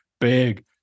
big